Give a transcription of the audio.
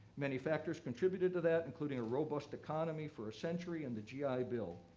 many factors contributed to that, including a robust economy for a century and the gi bill.